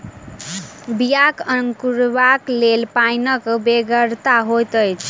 बियाक अंकुरयबाक लेल पाइनक बेगरता होइत छै